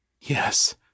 Yes